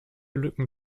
lücken